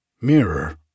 mirror